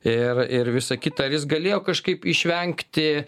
ir ir visa kita ar jis galėjo kažkaip išvengti